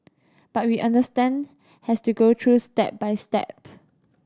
but we understand has to go through step by step